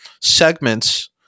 segments